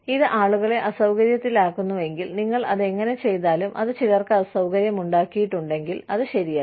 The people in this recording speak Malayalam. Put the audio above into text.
ഇത് ആളുകളെ അസൌകര്യത്തിലാക്കുന്നുവെങ്കിൽ നിങ്ങൾ അത് എങ്ങനെ ചെയ്താലും അത് ചിലർക്ക് അസൌകര്യമുണ്ടാക്കിയിട്ടുണ്ടെങ്കിൽ അത് ശരിയല്ല